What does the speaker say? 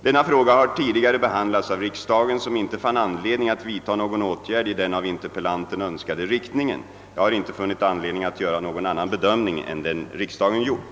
Denna fråga har tidigare behandlats av riksdagen, som inte fann anledning att vidta någon åtgärd i den av interpellanten önskade riktningen. Jag har inte funnit anledning att göra någon annan bedömning än den riksdagen gjort.